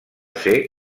ser